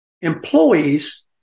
employees